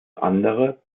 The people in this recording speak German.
andere